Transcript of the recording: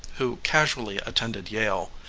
who casually attended yale,